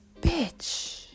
bitch